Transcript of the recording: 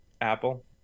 Apple